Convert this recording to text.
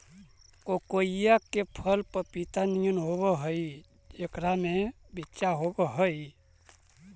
कोकोइआ के फल पपीता नियन होब हई जेकरा में बिच्चा होब हई